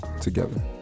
together